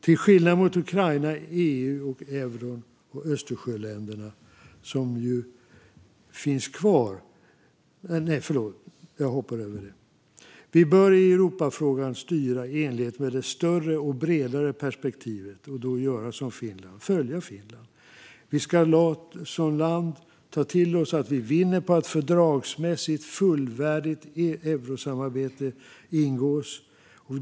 Vi bör i Europafrågan styra i enlighet med det större och bredare perspektivet och då följa och göra som Finland. Vi ska som land ta till oss att vi vinner på att ett fördragsmässigt fullvärdigt eurosamarbete ingås.